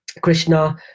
krishna